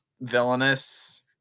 villainous